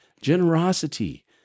Generosity